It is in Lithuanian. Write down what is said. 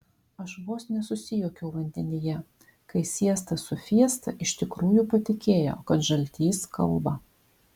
aš vos nesusijuokiau vandenyje kai siesta su fiesta iš tikrųjų patikėjo kad žaltys kalba